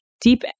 deep